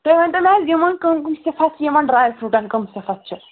تُہۍ ؤنۍتو مےٚ حظ یِمن کَم کَم صِفت یِمن ڈرٛاے فرٛوٗٹَن کَم صِفت چھِ